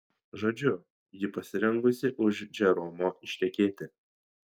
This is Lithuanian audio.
žodžiu ji pasirengusi už džeromo ištekėti